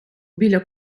біля